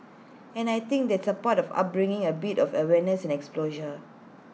and I think that's A part of upbringing A bit of awareness exposure